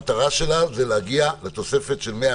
הדיונים גם לשעות אחר הצהריים תהיה אפשרות להסיע את האנשים